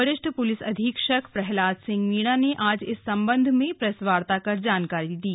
वरिष्ठ पुलिस अधीक्षक प्रह्लाद सिंह मीणा ने आज संबंध में प्रेस वार्ता कर जानकारी दी